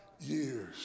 years